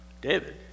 David